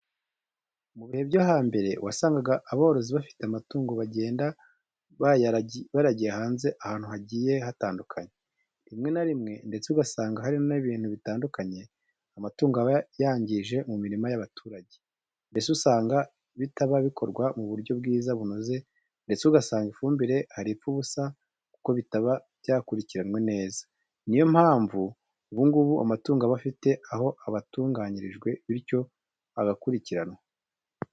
Mu bihe byo hambere wasangaga aborozi bafite amatungo bagenda bayaragiye hanze ahantu hagiye hatandukanye, rimwe na rimwe ndetse ugasanga hari n'ibintu bitandukanye amatungo aba yangije mu mirima y'abaturage, mbese ugasanga bitaba bikorwa mu buryo bwiza bunoze ndetse ugasanga ifumbire hari ipfa ubusa kuko bitaba byakurikiranwe neza. Niyo mpamvu ubu ngubu amatungo aba afite aho aba hatunganijwe bityo agakurikiranwa.